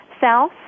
south